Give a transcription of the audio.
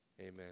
Amen